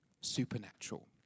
supernatural